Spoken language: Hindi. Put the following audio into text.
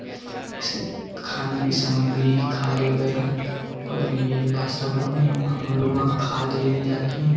ये सब खाने कि सामग्री खाद्य वगैरा और यह लासा गाँव है वहाँ हम लोग वहाँ खाद्य लेने जाते हैं